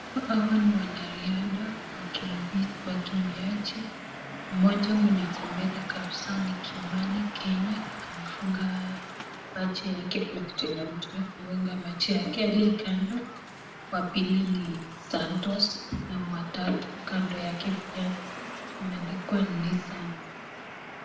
Hawa ni wanariadha wakimbiaji, mmoja mwenye ako mbele kabisaa ni Kimani Kenya, amefunga macho yake, kuna kitu ametumia kufunga macho yake, aliye kando wa pili ni Santos na wa tatu kando yake pia imeandikwa Nissan.